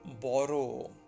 borrow